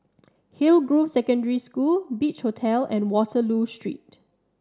Hillgrove Secondary School Beach Hotel and Waterloo Street